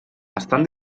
estan